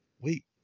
wait